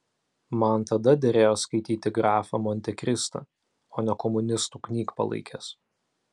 man tada derėjo skaityti grafą montekristą o ne komunistų knygpalaikes